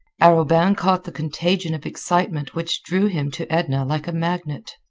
arobin caught the contagion of excitement which drew him to edna like a magnet.